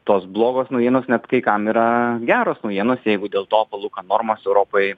tos blogos naujienos net kai kam yra geros naujienos jeigu dėl to palūkanų normos europoj